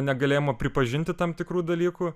negalėjimo pripažinti tam tikrų dalykų